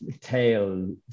tail